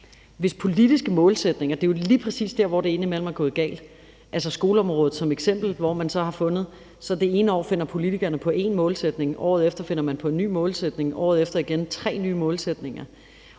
til politiske målsætninger er det jo lige præcis der, hvor det indimellem er gået galt. Vi kan tage skoleområdet som eksempel, hvor politikerne det ene år finder på én målsætning, året efter finder man på en ny målsætning, året efter igen tre nye målsætninger.